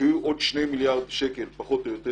הושקעו עוד שני מליארד שקל פחות או יותר